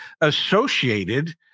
associated